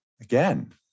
again